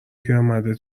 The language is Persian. پیرمرده